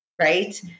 right